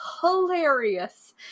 hilarious